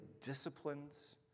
disciplines